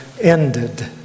ended